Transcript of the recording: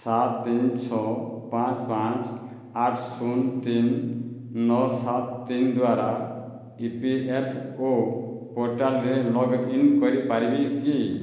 ସାତ ତିନି ଛଅ ପାଞ୍ଚ ପାଞ୍ଚ ଆଠ ଶୂନ ତିନି ନଅ ସାତ ତିନି ଦ୍ଵାରା ଇ ପି ଏଫ୍ ଓ ପୋର୍ଟାଲ୍ରେ ଲଗ୍ଇନ୍ କରିପାରିବି କି